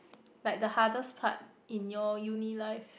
like the hardest part in your uni life